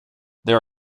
there